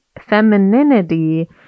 femininity